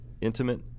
intimate